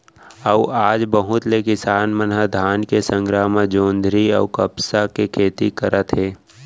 अउ आज बहुत ले किसान मन ह धान के संघरा म जोंधरी अउ कपसा के खेती करत हे